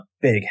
big